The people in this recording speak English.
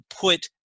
put